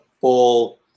full